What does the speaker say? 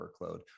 workload